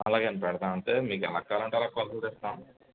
అలాగే అండి పెడతాం అంటే మీకు ఎలా కావాలంటే అలా కొలతలు తీస్తాం